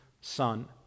son